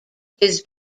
his